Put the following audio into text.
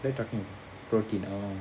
what you taking protein ah